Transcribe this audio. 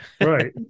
right